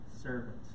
servant